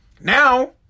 now